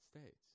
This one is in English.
States